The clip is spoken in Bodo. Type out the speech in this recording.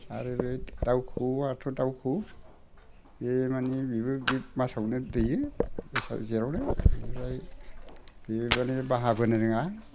आरो बे दाउ खौऔ आथ' दाउ खौऔ बे माने बेबो बे मासावनो दैओ बैसाग जेथ आवनो ओमफ्राय बे माने बाहा बोनो रोङा